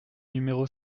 numéro